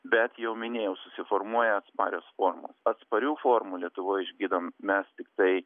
bet jau minėjau susiformuoja atsparios formos atsparių formų lietuvoj išgydom mes tiktai